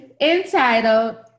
entitled